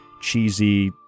cheesy